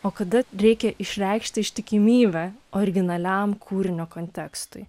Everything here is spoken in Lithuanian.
o kada reikia išreikšti ištikimybę originaliam kūrinio kontekstui